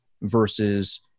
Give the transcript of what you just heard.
versus